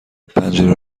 پنجره